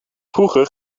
vroeger